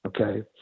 okay